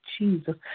Jesus